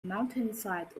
mountainside